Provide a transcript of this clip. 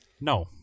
No